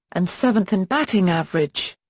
and seventh in batting average.